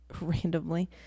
Randomly